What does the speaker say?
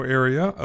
area